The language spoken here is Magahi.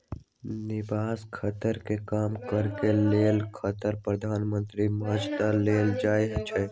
निवेश खतरा के कम करेके लेल खतरा प्रबंधन के मद्दत लेल जाइ छइ